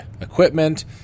equipment